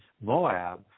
Moab